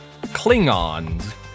Klingons